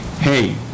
hey